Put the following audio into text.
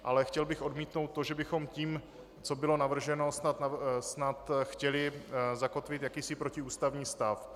Ale chtěl bych odmítnout, že bychom tím, co bylo navrženo, snad chtěli zakotvit jakýsi protiústavní stav.